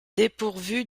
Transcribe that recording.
dépourvu